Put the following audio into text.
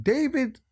David